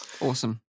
Awesome